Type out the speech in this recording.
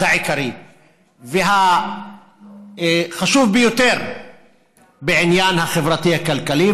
העיקרי והחשוב ביותר בעניין החברתי-כלכלי,